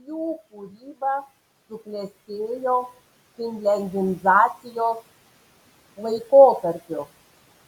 jų kūryba suklestėjo finliandizacijos laikotarpiu